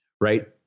right